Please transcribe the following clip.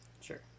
Sure